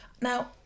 Now